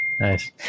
Nice